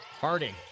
Harding